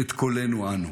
את קולנו אנו.